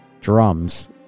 drums